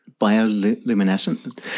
bioluminescent